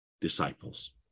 disciples